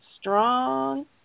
strong